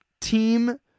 team